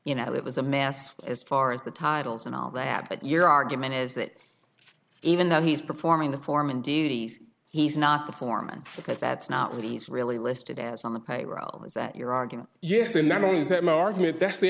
you know it was a mass as far as the titles and all that your argument is that even though he's performing the foreman duties he's not the foreman because that's not what he's really listed as on the payroll is that your argument yes and not only is that my argument that's the